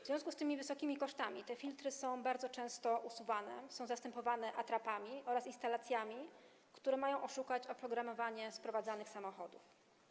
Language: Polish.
W związku z tymi wysokimi kosztami te filtry są bardzo często usuwane, są zastępowane atrapami oraz instalacjami, które mają oszukać oprogramowanie sprowadzanych samochodów.